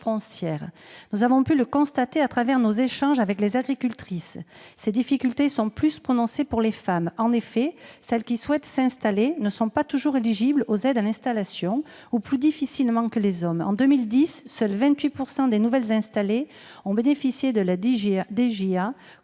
Nous avons pu le constater au travers de nos échanges avec les agricultrices, ces difficultés sont plus prononcées pour les femmes. En effet, celles qui souhaitent s'installer ne sont pas toujours éligibles aux aides à l'installation, ou le sont plus difficilement que les hommes. En 2010, seulement 28 % des nouvelles installées ont bénéficié de la DJA,